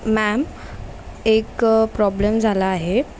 ma'am एक problem झाला आहे